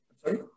Sorry